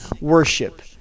worship